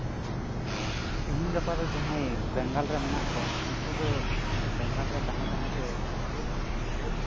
ᱛᱮᱦᱮᱧ ᱜᱟᱯᱟ ᱫᱚ ᱡᱟᱸᱦᱟᱭ ᱵᱮᱝᱜᱚᱞ ᱨᱮ ᱢᱮᱱᱟᱜ ᱠᱚᱣᱟ ᱩᱱᱠᱩ ᱫᱚ ᱵᱮᱝᱜᱚᱞ ᱨᱮ ᱛᱟᱸᱦᱮ ᱛᱟᱸᱦᱮᱛᱮ